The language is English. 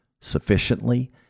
sufficiently